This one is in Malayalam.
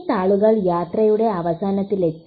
ഈ താളുകൾ യാത്രയുടെ അവസാനത്തിലെത്തി